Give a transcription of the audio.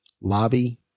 lobby